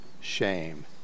shame